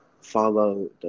follow